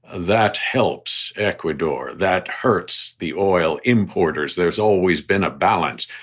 that helps ecuador. that hurts the oil importers. there's always been a balance.